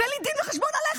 תן לי דין וחשבון עליך.